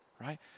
right